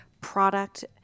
product